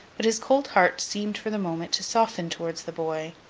but his cold heart seemed for the moment to soften towards the boy.